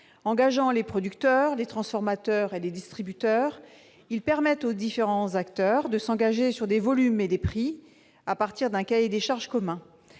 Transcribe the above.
engageant les producteurs, les transformateurs et les distributeurs, ces contrats permettent aux différents acteurs de s'engager sur des volumes et des prix à partir d'un cahier des charges commun.